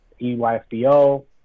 EYFBO